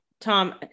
Tom